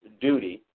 duty